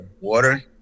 water